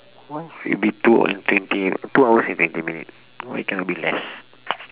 why should be two and twenty two hours and twenty minute why cannot be less